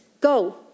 go